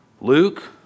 Luke